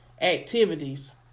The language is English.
activities